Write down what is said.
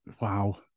wow